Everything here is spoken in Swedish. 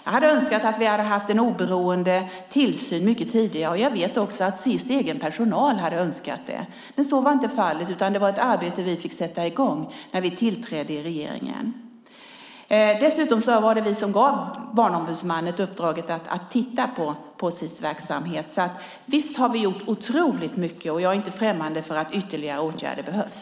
Jag hade önskat att vi hade haft en oberoende tillsyn mycket tidigare, och jag vet också att Sis egen personal hade önskat det. Så var dock inte fallet, utan det var ett arbete vi fick sätta i gång när vi tillträdde i regeringen. Dessutom var det vi som gav Barnombudsmannen uppdraget att titta på Sis verksamhet, så visst har vi gjort otroligt mycket. Jag är dock inte främmande för att ytterligare åtgärder behövs.